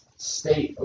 State